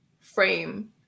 frame